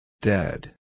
Dead